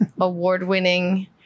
award-winning